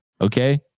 Okay